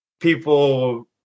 people